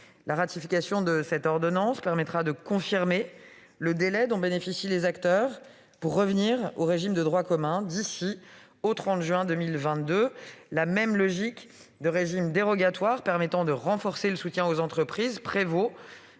La ratification de cette ordonnance permettra de confirmer le délai dont bénéficient les acteurs pour revenir au régime de droit commun, d'ici au 30 juin 2022. La même logique de régime dérogatoire permettant de renforcer le soutien aux entreprises prévaut